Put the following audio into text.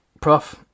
Prof